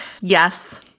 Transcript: yes